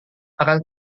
akan